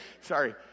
sorry